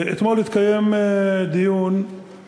רוצה לנצל את ההזדמנות: אתמול התקיים דיון כאן,